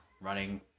running